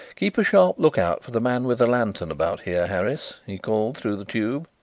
keep a sharp look out for the man with the lantern about here, harris, he called through the tube.